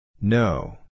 No